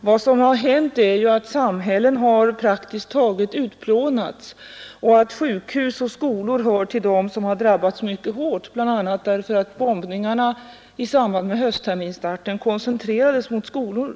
Vad som har hänt är ju att samhällen har praktiskt taget utplånats och att sjukhus och skolor har drabbats mycket hårt bl.a. därför att bombningarna i samband med höstterminens start koncentrerades mot skolor.